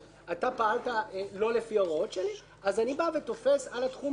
אתה פעלת לא לפיהן אני תופס על התחום הזה,